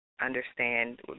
understand